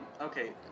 Okay